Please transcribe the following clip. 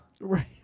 Right